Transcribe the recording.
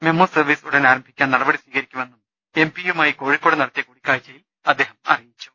MEMU service ഉടൻ ആരംഭിക്കാൻ നടപടി സ്വീകരിക്കുമെന്നും എം പിയുമായി കോഴിക്കോട് നടത്തിയ കൂടിക്കാഴ്ച യിൽ അദ്ദേഹം അറിയിച്ചു